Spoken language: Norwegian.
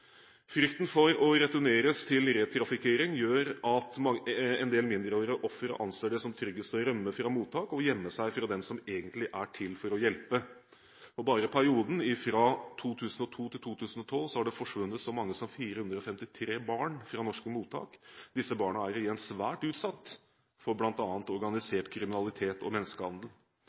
Frykten for å bli returnert til re-trafikkering gjør at en del mindreårige ofre anser det som tryggest å rømme fra mottak og gjemme seg for dem som egentlig er til for å hjelpe, og bare i perioden fra 2002 til 2012 har det forsvunnet så mange som 453 barn fra norske mottak. Disse barna er igjen svært utsatt for bl.a. organisert kriminalitet og menneskehandel.